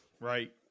Right